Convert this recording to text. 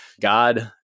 God